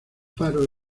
faro